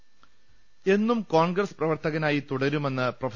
ന എന്നും കോൺഗ്രസ് പ്രവർത്തകനായി തുടരുമെന്ന് പ്രൊഫ